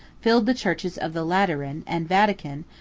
filled the churches of the lateran, and vatican,